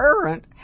current